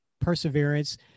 perseverance